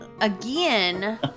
again